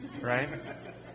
Right